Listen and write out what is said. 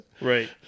right